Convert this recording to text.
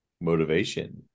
Motivation